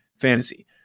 Fantasy